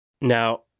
Now